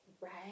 Right